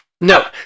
No